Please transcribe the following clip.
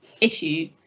issue